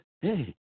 Hey